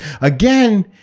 again